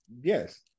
yes